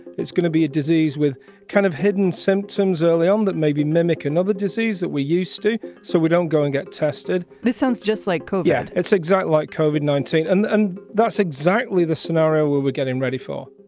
it's going to be a disease with kind of hidden symptoms early on um that maybe mimic another disease that we're used to. so we don't go and get tested. this sounds just like cold yet. it's exactly like cold ninety eight. and and that's exactly the scenario where we're getting ready for